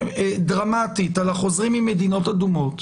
דרמטית על החוזרים ממדינות אדומות,